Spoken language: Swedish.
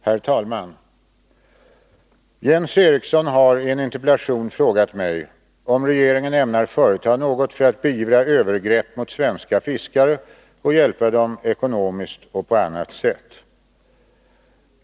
Herr talman! Jens Eriksson har i en interpellation frågat mig om regeringen ämnar företa något för att beivra övergrepp mot svenska fiskare och hjälpa dem ekonomiskt och på annat sätt.